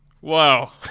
Wow